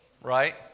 right